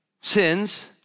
sins